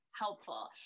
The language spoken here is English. helpful